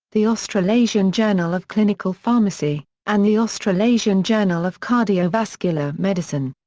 the australasian journal of clinical pharmacy, and the australasian journal of cardiovascular medicine.